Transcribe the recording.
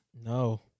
No